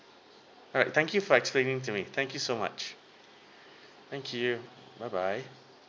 alright thank you for explaining to me thank you so much thank you bye bye